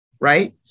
right